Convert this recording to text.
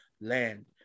land